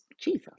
Jesus